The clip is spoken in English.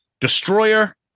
Destroyer